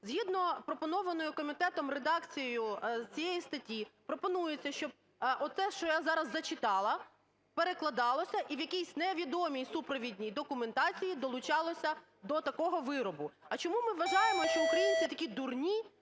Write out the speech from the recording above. Згідно пропонованої комітетом редакцією цієї статті пропонується, щоб оте, що я зараз зачитала, перекладалося і в якійсь невідомій супровідній документації долучалося до такого виробу. А чому ми вважаємо, що українці такі дурні,